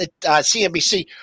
CNBC